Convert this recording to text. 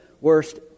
worst